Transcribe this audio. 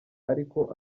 ariko